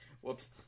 Whoops